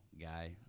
guy